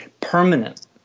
permanent